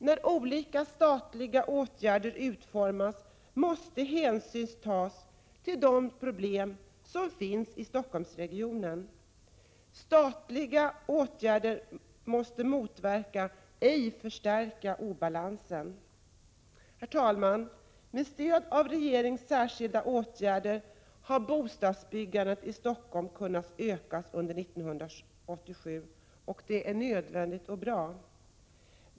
När olika statliga åtgärder utformas måste hänsyn tas till de problem som finns i Stockholmsregionen. Statliga åtgärder måste motverka, ej förstärka, obalansen. Herr talman! Med stöd av regeringens särskilda åtgärder har bostadsbyggandet i Stockholm kunnat öka under 1987. Det är nödvändigt och bra.